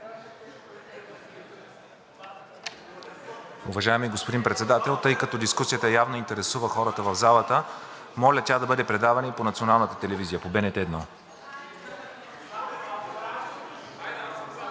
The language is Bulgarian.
Уважаеми господин Председател, тъй като дискусията явно интересува хората в залата, моля тя да бъде предавана и по Националната телевизия – по